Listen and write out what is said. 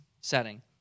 setting